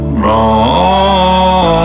wrong